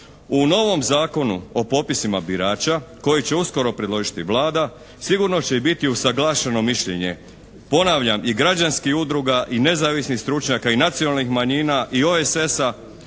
U novom Zakonu o popisima birača koji će uskoro predložiti Vlada sigurno će biti i usaglašeno mišljenje, ponavljam i građanskih udruga i nezavisnih stručnjaka i nacionalnih manjina i OESS-a